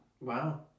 Wow